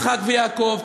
יצחק ויעקב,